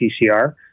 PCR